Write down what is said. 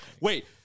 Wait